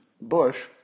Bush